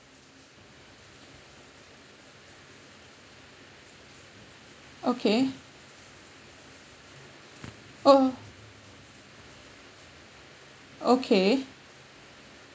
okay oh okay